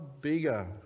bigger